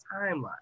timeline